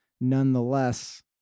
nonetheless